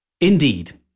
Indeed